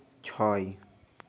ছয়